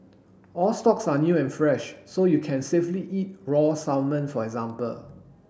all stocks are new and fresh so you can safely eat raw salmon for example